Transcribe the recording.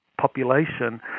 population